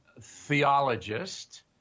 theologist